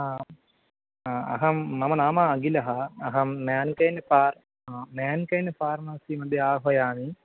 हा अहं मम नाम अगिलः अहं म्यान्कैन्ड् फ़ार् म्यान्कैन्ड् फ़ार्मसि मध्ये आह्वयामि